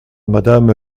madame